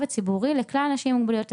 הציבורי לכלל האנשים עם המוגבלויות,